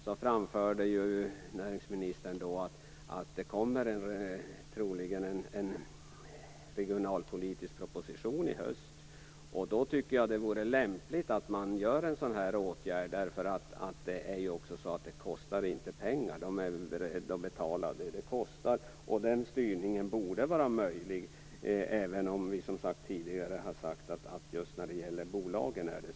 Då framförde näringsministern att det troligen kommer en regionalpolitisk proposition i höst. Då tycker jag att det vore lämpligt att vidta en sådan här åtgärd. Det är ju inte så att det kostar pengar. Man är beredd att betala vad det kostar. Denna styrning borde vara möjlig - även om vi tidigare har sagt att det är svårare just när det gäller bolagen.